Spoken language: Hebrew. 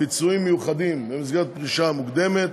פיצויים מיוחדים במסגרת פרישה מוקדמת,